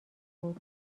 بود